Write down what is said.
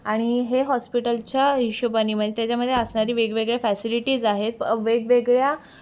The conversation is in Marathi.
आणि हे हॉस्पिटलच्या हिशेबाने मग त्याच्यामध्ये असणारी वेगवेगळे फॅसिलिटीज आहेत वेगवेगळ्या